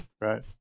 right